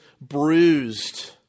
bruised